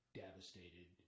devastated